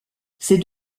ses